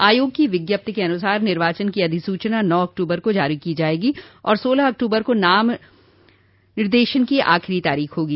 आयोग की विज्ञप्ति के अनुसार निर्वाचन की अधिसूचना नौ अक्टूबर को जारी की जायेगी और सोलह अक्टूबर को नाम निर्देशन की आखिरी तारीख होगी